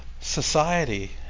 society